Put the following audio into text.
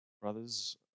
Brothers